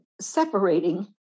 separating